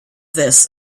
this